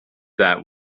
that